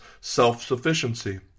self-sufficiency